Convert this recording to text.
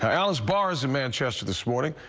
alice barrs in manchester this morning,